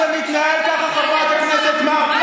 למה זה מתנהל ככה, חברת הכנסת מארק?